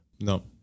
No